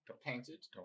painted